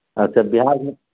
अच्छे बिहारमे